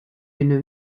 une